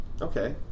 Okay